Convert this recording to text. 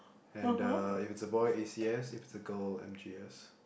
and the if it's a boy A_C_S if it's a girl M_G_S